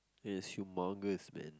it is humongous man